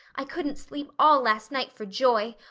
i couldn't sleep all last night for joy.